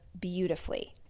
beautifully